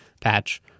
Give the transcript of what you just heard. patch